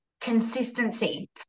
consistency